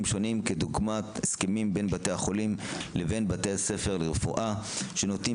שונים כדוגמת הסכמים בין בתי החולים לבין בתי הספר לרפואה שנותנים